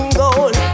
gold